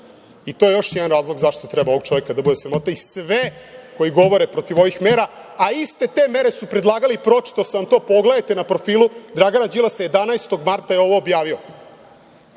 i to je još jedan razlog zašto treba ovog čoveka da bude sramota i sve koji govore protiv ovih mera, a iste te mere su predlagali. Pročitao sam vam to. Pogledajte na profilu Dragana Đilasa, 11. marta je ovo objavio. Nekima